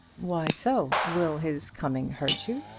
why so? will his coming hurt you?